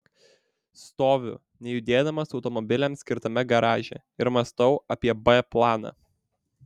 stoviu nejudėdamas automobiliams skirtame garaže ir mąstau apie b planą